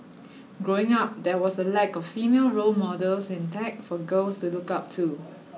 growing up there was a lack of female role models in tech for girls to look up to